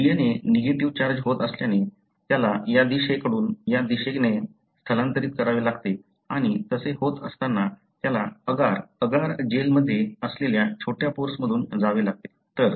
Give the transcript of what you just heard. तर DNA negative charge होत असल्याने त्याला या दिशे कडून या दिशेने स्थलांतरित करावे लागते आणि तसे होत असताना त्याला अगार अगार जेलमध्ये असलेल्या छोट्या पोर्स मधून जावे लागते